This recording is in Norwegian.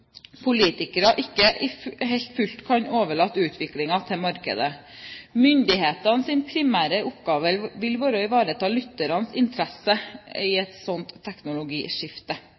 politikere ikke fullt ut kan overlate utviklingen til markedet. Myndighetenes primære oppgave vil være å ivareta lytternes interesser i et sånt teknologiskifte.